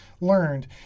learned